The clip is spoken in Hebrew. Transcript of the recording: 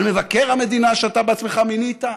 על מבקר המדינה שאתה בעצמך מינית?